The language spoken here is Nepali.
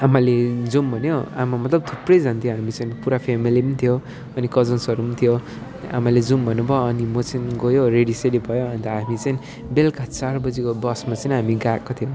आमाले जाऔँ भन्यो आमा मतलब थुप्रै जान्थ्यो हामीसँग पुरा फ्यामिली पनि थियो अनि कजन्सहरू पनि थियो आमाले जाऔँ भन्नुभयो अनि म चाहिँ गयो रेडीसेडी भयो अनि त हामी चाहिँ बेलुका चार बजेको बसमा चाहिँ हामी गएका थियौँ